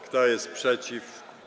Kto jest przeciw?